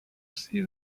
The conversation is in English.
see